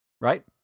Right